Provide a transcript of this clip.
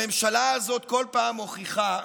הממשלה הזאת כל פעם מוכיחה,